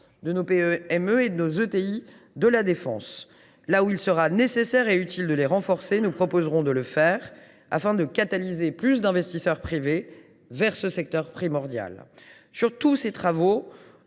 de nos PME et ETI de la défense. Là où il sera nécessaire et utile de les renforcer, nous proposerons de le faire, afin de catalyser plus d’investisseurs privés vers ce secteur primordial. Sur tous ces travaux,